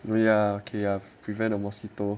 ya okay ya prevent the mosquito